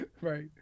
Right